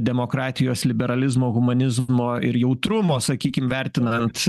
demokratijos liberalizmo humanizmo ir jautrumo sakykim vertinant